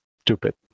stupid